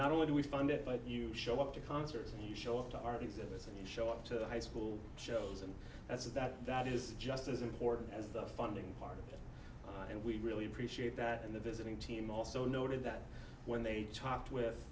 not only do we fund it but you show up to concerts and you show up to our exhibits and you show up to the high school shows and that's that that is just as important as the funding part of it and we really appreciate that and the visiting team also noted that when they talked with